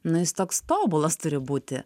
nu jis toks tobulas turi būti